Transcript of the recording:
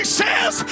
says